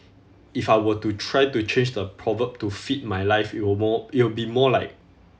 if I were to try to change the proverb to fit my life it would more it would be more like